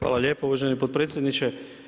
Hvala lijepo uvaženi potpredsjedniče.